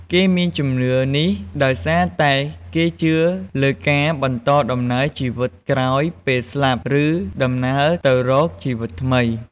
គេមានជំនឿនេះដោយសារតែគេជឿលើការបន្តដំណើរជីវិតក្រោយពេលស្លាប់ ឬដំណើរទៅរកជីវិតថ្មី។